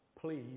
Please